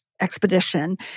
expedition